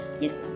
yes